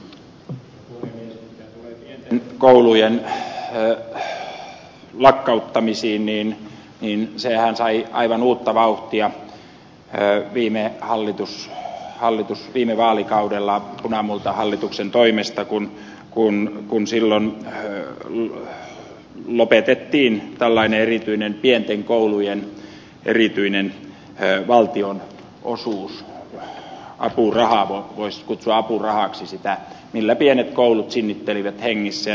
mitä tulee pienten koulujen lakkauttamisiin niin sehän sai aivan uutta vauhtia viime vaalikaudella punamultahallituksen toimesta kun silloin lopetettiin tällainen pienten koulujen erityinen valtionosuusapuraha voisi kutsua apurahaksi sitä millä pienet koulut sinnittelivät hengissä